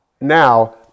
now